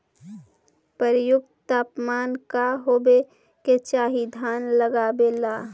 उपयुक्त तापमान का होबे के चाही धान लगावे ला?